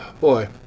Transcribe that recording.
boy